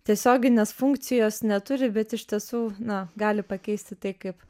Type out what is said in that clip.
tiesioginės funkcijos neturi bet iš tiesų na gali pakeisti tai kaip